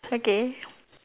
okay